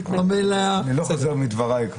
אני לא חוזר מדברי.